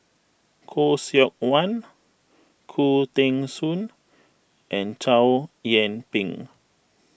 Khoo Seok Wan Khoo Teng Soon and Chow Yian Ping